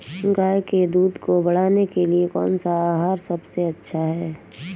गाय के दूध को बढ़ाने के लिए कौनसा आहार सबसे अच्छा है?